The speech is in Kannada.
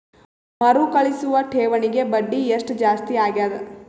ಮರುಕಳಿಸುವ ಠೇವಣಿಗೆ ಬಡ್ಡಿ ಎಷ್ಟ ಜಾಸ್ತಿ ಆಗೆದ?